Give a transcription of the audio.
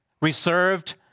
reserved